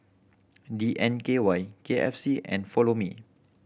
D N K Y K F C and Follow Me